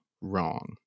wrong